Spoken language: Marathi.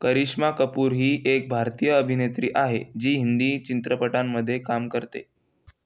करिश्मा कपूर ही एक भारतीय अभिनेत्री आहे जी हिंदी चित्रपटांमध्ये काम करते